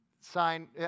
sign